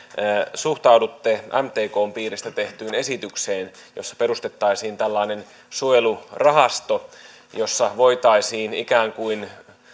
suhtaudutte mtkn piiristä tehtyyn esitykseen jossa perustettaisiin tällainen suojelurahasto jossa voitaisiin ikään kuin